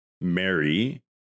Mary